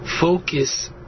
focus